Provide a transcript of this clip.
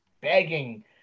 begging